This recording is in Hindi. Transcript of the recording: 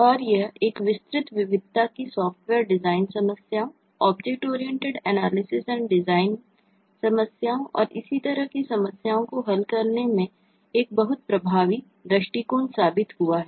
और यह एक विस्तृत विविधता की सॉफ्टवेयर डिजाइन समस्याओं OOAD समस्याओं और इसी तरह की समस्याओं को हल करने में एक बहुत प्रभावी दृष्टिकोण साबित हुआ है